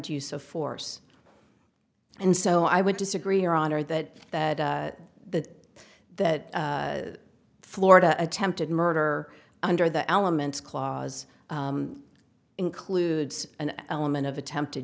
use of force and so i would disagree your honor that that that that florida attempted murder under the elements clause includes an element of attempted